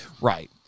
Right